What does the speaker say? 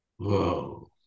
Whoa